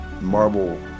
marble